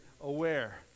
aware